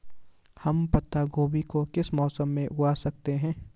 हम पत्ता गोभी को किस मौसम में उगा सकते हैं?